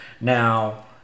Now